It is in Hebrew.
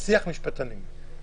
שיח משפטנים.